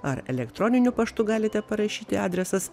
ar elektroniniu paštu galite parašyti adresas